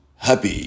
Happy